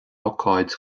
ócáid